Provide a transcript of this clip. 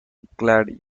glad